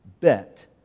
bet